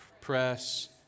press